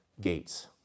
Gates